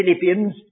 Philippians